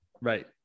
right